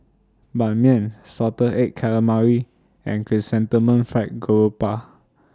Ban Mian Salted Egg Calamari and Chrysanthemum Fried Garoupa